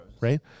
Right